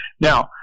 Now